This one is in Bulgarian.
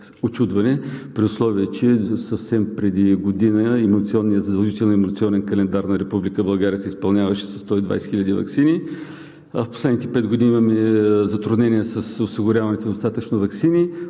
при условие че преди година задължителният Имунизационен календар на Република България се изпълняваше със 120 хиляди ваксини, а в последните пет години имаме затруднения с осигуряването на достатъчно ваксини.